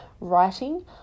writing